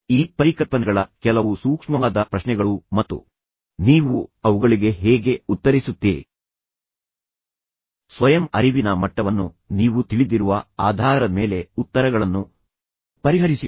ನಾನು ನಿಮ್ಮನ್ನು ಕೇಳಲಿರುವ ಕೆಲವು ಪ್ರಶ್ನೆಗಳನ್ನು ನೋಡಿ ಮತ್ತು ನಂತರ ನಿಮ್ಮ ಸ್ವಯಂ ಅರಿವಿನ ಮಟ್ಟವನ್ನು ನೀವು ತಿಳಿದಿರುವ ಆಧಾರದ ಮೇಲೆ ಉತ್ತರಗಳನ್ನು ಪರಿಹರಿಸಿ